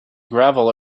gravel